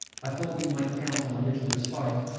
i thought we might count on a little respite.